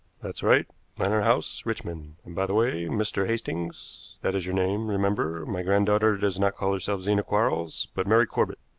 that's right lantern house, richmond. and, by the way, mr. hastings that is your name, remember my granddaughter does not call herself zena quarles, but mary corbett.